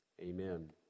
Amen